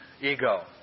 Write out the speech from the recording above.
ego